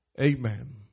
amen